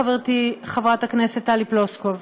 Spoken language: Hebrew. חברתי חברת הכנסת טלי פלוסקוב: